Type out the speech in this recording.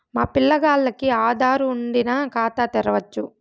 మా పిల్లగాల్లకి ఆదారు వుండిన ఖాతా తెరవచ్చు